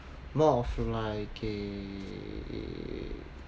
more for like a